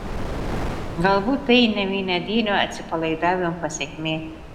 galbūt tai ne vienadienio atsipalaidavimo pasekmė